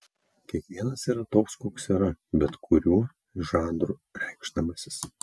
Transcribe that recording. kiekvienas yra toks koks yra bet kuriuo žanru reikšdamasis